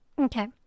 Okay